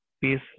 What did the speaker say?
peace